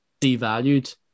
devalued